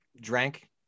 drank